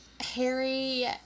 Harry